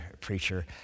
preacher